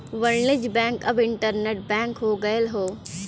वाणिज्य बैंक अब internet bank हो गयल हौ